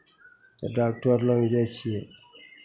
तऽ डॉक्टर लग जाइ छियै